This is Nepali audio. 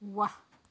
वाह